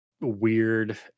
weird